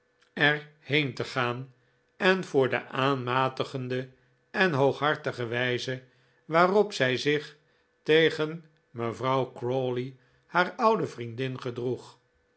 er heen te gaan en voor de aanmatigende en hooghartige wijze waarop zij zich tegen mevrouw crawley haar oude vriendin gedroeg